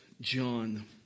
John